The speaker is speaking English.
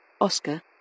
Oscar